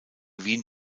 wien